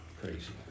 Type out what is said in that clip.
Crazy